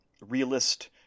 realist